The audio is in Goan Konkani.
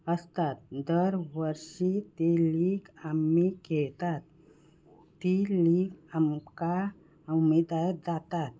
असतात दर वर्शी ती लीग आमी खेळटात ती लीग आमकां उमेदय जातात